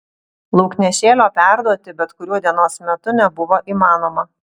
lauknešėlio perduoti bet kuriuo dienos metu nebuvo įmanoma